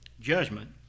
judgment